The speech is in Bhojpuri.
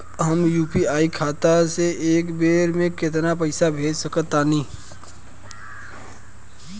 हम यू.पी.आई खाता से एक बेर म केतना पइसा भेज सकऽ तानि?